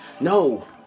No